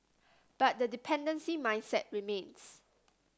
but the dependency mindset remains